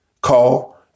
call